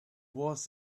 was